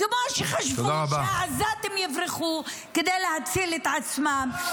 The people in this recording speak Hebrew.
כמו שחשבו שהעזתים יברחו כדי להציל את עצמם.